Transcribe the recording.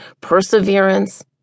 perseverance